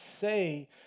say